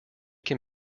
can